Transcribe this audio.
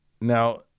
Now